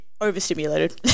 overstimulated